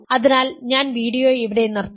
അതിനാൽ ഞാൻ വീഡിയോ ഇവിടെ നിർത്തുന്നു